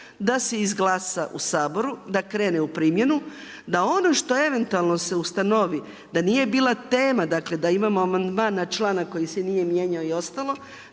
da se izglasa u Saboru, da krene u primjenu, da ono što eventualno se ustanovi da nije bila tema, dakle da imamo amandman na članak koji se nije mijenjao i ostalo,